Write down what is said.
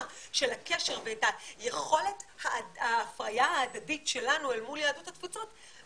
של הקשר ואת יכולת ההפריה ההדדית שלנו אל